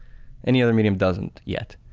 any other medium doesn't yet.